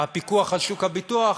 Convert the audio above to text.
הפיקוח על שוק הביטוח,